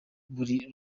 buri